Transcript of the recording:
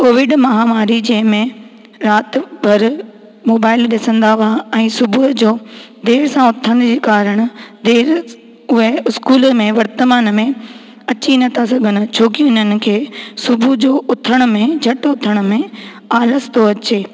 Covid महामारी जंहिं में राति भर मोबाइल ॾिसंदा हुआ ऐं सुबुह जो देर सां उथण जे कारणु देर उहे स्कूल में वर्तमान में अची नथा सघनि छो की इन्हनि खे सुबुह जो उथण में झटि उथण में आलस थो अचे